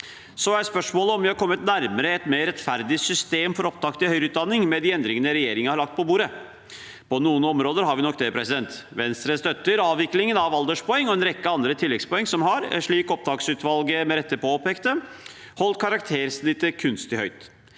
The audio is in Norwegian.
Så er spørsmålet om vi har kommet nærmere et mer rettferdig system for opptak til høyere utdanning med de endringene regjeringen har lagt på bordet. På noen områder har vi nok det. Venstre støtter avviklingen av alderspoeng og en rekke andre tilleggspoeng som har, slik opptaksutvalget med rette påpekte, holdt karaktersnittet kunstig høyt.